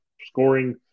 scoring